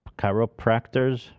chiropractors